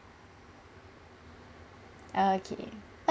okay o~